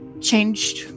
changed